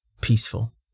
peaceful